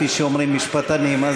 כפי שאומרים משפטנים.